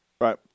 Right